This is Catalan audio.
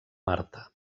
marta